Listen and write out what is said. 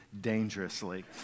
dangerously